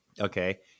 Okay